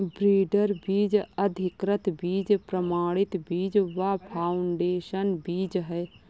breeder बीज, अधिकृत बीज, प्रमाणित बीज व फाउंडेशन बीज है